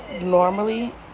normally